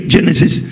Genesis